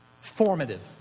Formative